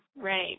right